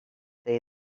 day